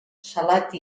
salat